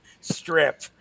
strip